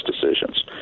decisions